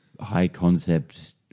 high-concept